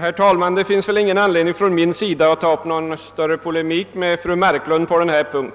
Herr talman! Det finns ingen anledning för mig att ingå i polemik med fru Marklund på denna punkt.